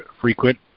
frequent